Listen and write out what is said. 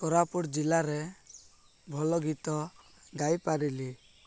କୋରାପୁଟ ଜିଲ୍ଲାରେ ଭଲ ଗୀତ ଗାଇପାରିଲି